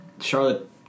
Charlotte